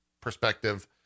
perspective